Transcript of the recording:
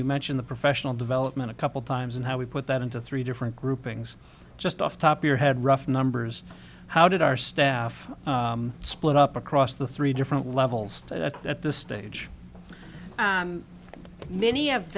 you mention the professional development a couple times and how we put that into three different groupings just off the top your head rough numbers how did our staff split up across the three different levels at this stage many of